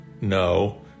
No